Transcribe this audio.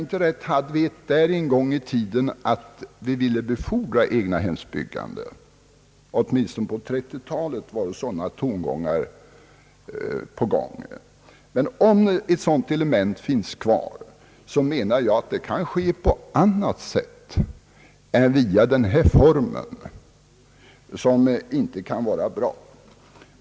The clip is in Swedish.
Men om ett sådant element finns kvar, om man på detta område vill stödja villaägarna speciellt, om man finner något socialt motiv att göra en speciell stödaktion, kan det ske på annat sätt än i denna form, som inte är bra.